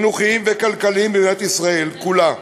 חינוכיים וכלכליים במדינת ישראל כולה.